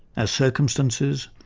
as circumstances,